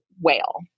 whale